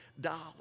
dollars